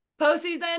postseason